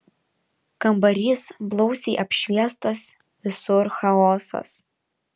kambarys blausiai apšviestas visur chaosas